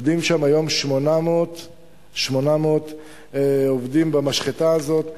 עובדים שם היום 800 עובדים, במשחטה הזאת,